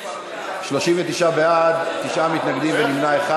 39 בעד, תשעה מתנגדים ונמנע אחד.